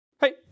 Hey